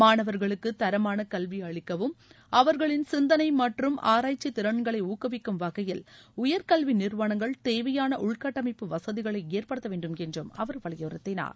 மாணவர்களுக்கு தரமான கல்வி அளிக்கவும் அவர்களின் சிந்தனை மற்றும் ஆராய்ச்சி திறன்களை ஊக்குவிக்கும் வகையில் உயர்கல்வி நிறுவனங்கள் தேவையான உள்கட்டமைப்பு வசதிகளை ஏற்படுத்தவேண்டும் என்றும் அவர் வலியுறுத்தினார்